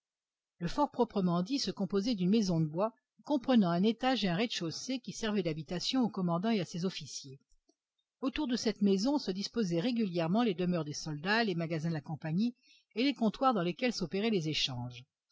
le fort proprement dit se composait d'une maison de bois comprenant un étage et un rez-de-chaussée qui servait d'habitation au commandant et à ses officiers autour de cette maison se disposaient régulièrement les demeures des soldats les magasins de la compagnie et les comptoirs dans lesquels s'opéraient les échanges